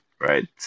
right